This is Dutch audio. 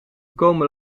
komen